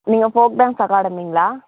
நீங்கள் folk dance அகாடமிங்களா